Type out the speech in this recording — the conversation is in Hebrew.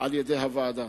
על-ידי הוועדה.